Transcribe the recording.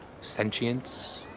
sentience